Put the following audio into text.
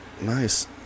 Nice